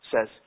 says